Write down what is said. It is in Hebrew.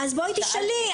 אז בואי תשאלי.